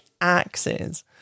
axes